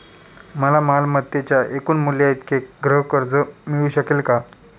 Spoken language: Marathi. मला मालमत्तेच्या एकूण मूल्याइतके गृहकर्ज मिळू शकेल का?